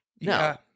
No